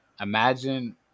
Imagine